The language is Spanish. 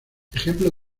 ejemplo